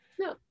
no